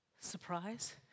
Surprise